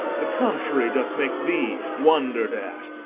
the contrary, doth make thee wondred at.